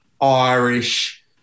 Irish